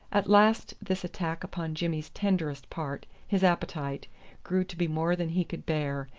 at last this attack upon jimmy's tenderest part his appetite grew to be more than he could bear,